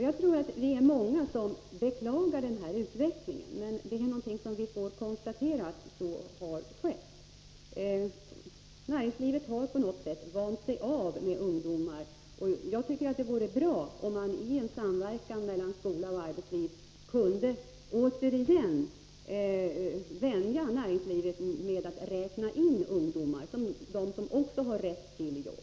Jag tror att vi är många som beklagar den utvecklingen, men att så har skett är någonting vi får konstatera. Näringslivet har på något sätt vant sig av med ungdomar. Jag tycker att det vore bra om man i en samverkan mellan skola och arbetsliv återigen kunde vänja näringslivet vid att räkna ungdomar som människor som också har rätt till jobb.